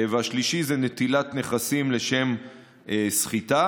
השלישי זה נטילת נכסים לשם סחיטה.